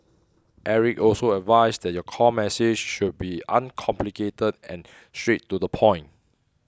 Eric also advised that your core message should be uncomplicated and straight to the point